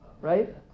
right